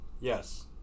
yes